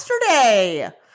yesterday